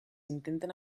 intenten